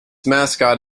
mascot